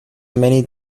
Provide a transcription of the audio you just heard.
many